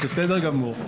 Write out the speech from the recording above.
בסדר גמור.